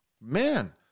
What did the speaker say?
Man